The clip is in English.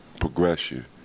progression